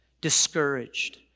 discouraged